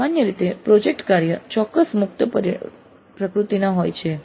સામાન્ય રીતે પ્રોજેક્ટ કાર્ય ચોક્કસ મુક્ત પ્રકૃતિના હોય છે